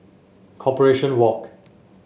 Corporation Walk